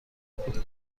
بود